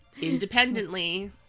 independently